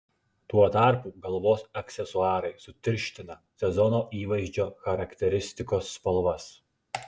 tuo tarpu galvos aksesuarai sutirština sezono įvaizdžio charakteristikos spalvas